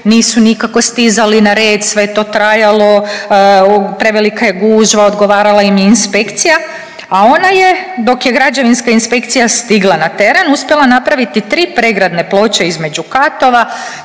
Nisu nikako stizali na red, sve je to trajalo. Prevelika je gužva, odgovarala im je inspekcija, a ona je dok je građevinska inspekcija stigla na teren uspjela napraviti tri pregradne ploče između katova,